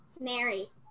Mary